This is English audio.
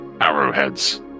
arrowheads